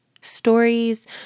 Stories